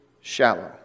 shallow